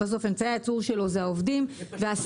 בסוף אמצעי הייצור של הדואר הם העובדים והסניפים.